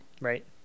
right